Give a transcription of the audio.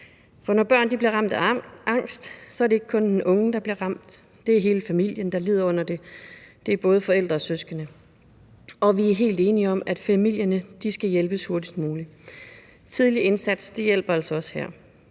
For når børn bliver ramt af angst, er det ikke kun den unge, der bliver ramt, men det er hele familien, der lider under det. Det er både forældre og søskende. Vi er helt enige om, at familierne skal hjælpes hurtigst muligt. Tidlig indsats hjælper altså også her.